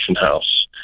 house